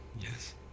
Yes